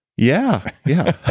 yeah. yeah. ah